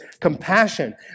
compassion